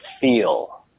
feel